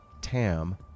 TAM